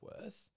worth